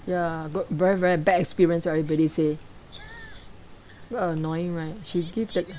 ya b~ very very bad experience right everybody say very annoying right she give the